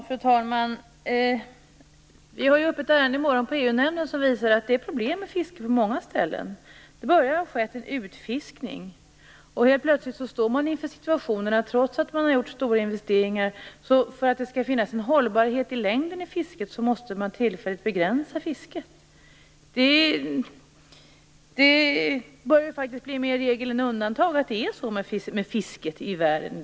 Fru talman! Vi har uppe ett ärende i EU-nämnden i morgon som visar att det finns problem med fisket på många ställen. Det har börjat ske en utfiskning. Helt plötsligt står man inför situationen att man tillfälligt måste begränsa fisket för att det skall bli hållbart - trots att man har gjort stora investeringar. Det börjar faktiskt bli mer en regel än ett undantag att det är så med fisket i världen.